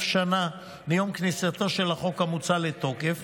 שנה מיום כניסתו של החוק המוצע לתוקף,